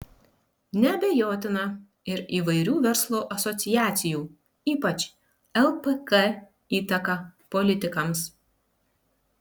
neabejotina ir įvairių verslo asociacijų ypač lpk įtaka politikams